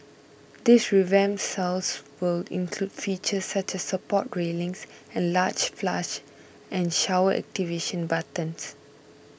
these revamped cells will include features such as support railings and large flush and shower activation buttons